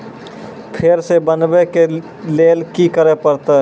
फेर सॅ बनबै के लेल की करे परतै?